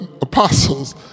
apostles